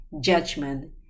judgment